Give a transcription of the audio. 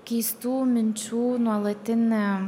keistų minčių nuolatinę